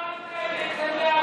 חבר הכנסת כץ,